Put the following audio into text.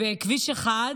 חבר הכנסת מיקי לוי.